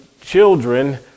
children